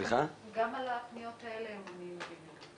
גם על הפניות האלה הם עונים.